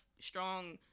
strong